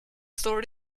story